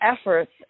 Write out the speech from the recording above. efforts